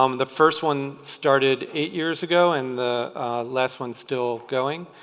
um the first one started eight years ago and the last one's still going.